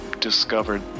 discovered